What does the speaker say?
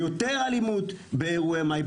יותר אלימות באירועי מאי.